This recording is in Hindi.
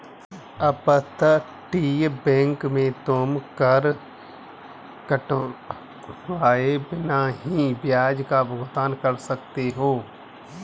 अपतटीय बैंक में तुम कर कटवाए बिना ही ब्याज का भुगतान कर सकते हो